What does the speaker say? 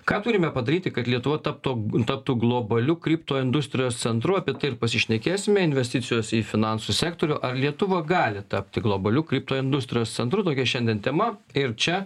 ką turime padaryti kad lietuva taptų taptų globaliu kripto industrijos centru apie tai ir pasišnekėsime investicijos į finansų sektorių ar lietuva gali tapti globaliu kripto industrijos centru tokia šiandien tema ir čia